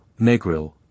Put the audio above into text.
Negril